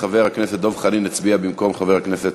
חבר הכנסת דב חנין הצביע במקום חבר הכנסת